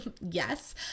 yes